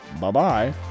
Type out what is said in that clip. bye-bye